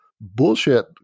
bullshit